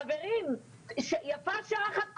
חברים, יפה שעה אחת קודם.